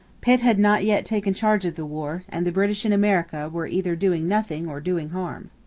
pitt had not yet taken charge of the war, and the british in america were either doing nothing or doing harm.